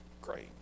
great